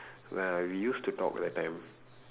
ya we used to talk that time